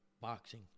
boxing